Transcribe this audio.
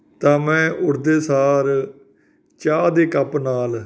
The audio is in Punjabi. ਤਾਂ ਮੈਂ ਉੱਠਦੇ ਸਾਰ ਚਾਹ ਦੇ ਕੱਪ ਨਾਲ